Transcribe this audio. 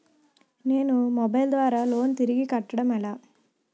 నేను మొబైల్ ద్వారా లోన్ తిరిగి కట్టడం ఎలా?